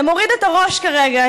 אתה מוריד את הראש כרגע,